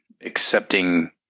accepting